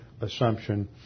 Assumption